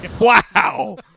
Wow